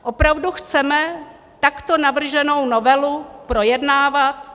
Opravdu chceme takto navrženou novelu projednávat?